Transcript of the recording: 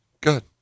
good